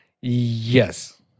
Yes